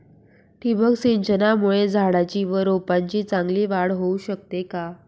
ठिबक सिंचनामुळे झाडाची व रोपांची चांगली वाढ होऊ शकते का?